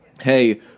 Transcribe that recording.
hey